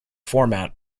format